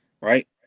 right